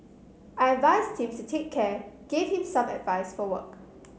I advised him to take care gave him some advice for work